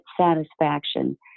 satisfaction